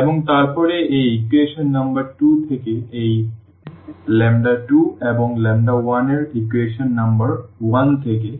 এবং তারপরে এই ইকুয়েশন নম্বর 2 থেকে এই 2 এবং 1 এবং ইকুয়েশন নম্বর 1 থেকে